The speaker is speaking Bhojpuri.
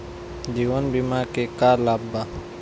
जीवन बीमा के का लाभ बा?